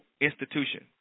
institution